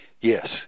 yes